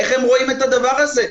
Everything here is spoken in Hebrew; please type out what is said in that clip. איך הם רואים את הדבר הזה,